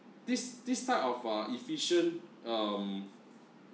this this type of uh efficient um